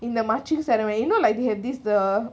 in the marching ceremony you know like they have this the